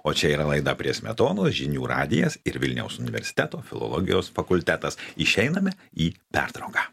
o čia yra laida prie smetonos žinių radijas ir vilniaus universiteto filologijos fakultetas išeiname į pertrauką